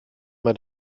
mal